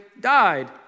died